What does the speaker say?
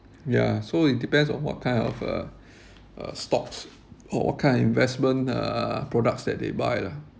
ya so it depends on what kind of uh uh stocks or what kind of investment uh products that they buy lah